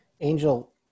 Angel